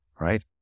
right